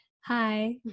hi